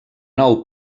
nou